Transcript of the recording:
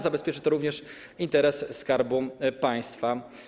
Zabezpieczy to również interes Skarbu Państwa.